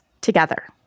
together